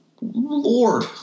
Lord